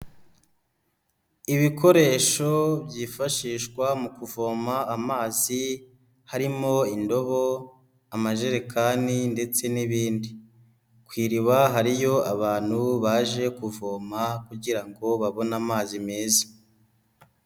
Ibikoresho byifashishwa mu kuvoma amazi harimo indobo, amajerekani ndetse n'ibindi, ku iriba hariyo abantu baje kuvoma kugira ngo babone amazi meza.